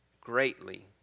greatly